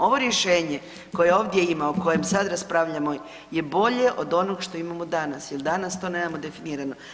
Ovo rješenje koje ovdje ima o kojem sad raspravljamo je bolje od onog što imamo danas, jer danas to nemamo definirano.